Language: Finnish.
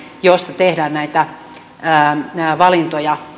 joista tehdään valintoja